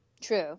True